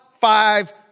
five